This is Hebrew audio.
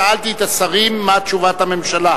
שאלתי את השרים מה תשובת הממשלה,